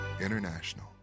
International